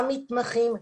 גם מתמחים,